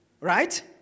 right